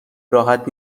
راحت